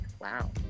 wow